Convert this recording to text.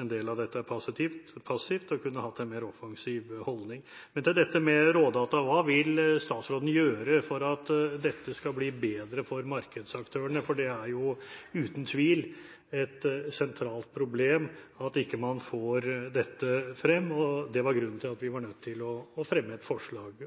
en del av dette er passivt og kunne hatt en mer offensiv holdning. Men til dette med rådata: Hva vil statsråden gjøre for at dette skal bli bedre for markedsaktørene? Det er uten tvil et sentralt problem at man ikke får dette frem, og det var grunnen til at vi var nødt til å fremme et forslag